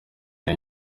iyo